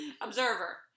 observer